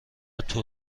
طول